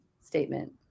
statement